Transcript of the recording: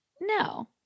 No